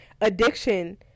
Addiction